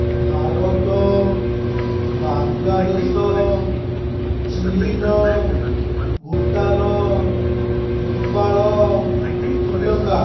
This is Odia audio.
ଭାରତ ବାଂଲାଦେଶ ଚୀନ୍ ଭୁଟାନ୍ ନେପାଳ ଶ୍ରୀଲଙ୍କା